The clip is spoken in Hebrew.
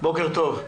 בוקר טוב.